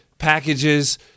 packages